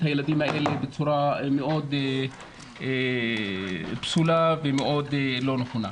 הילדים האלה בצורה פסולה ומאוד לא נכונה.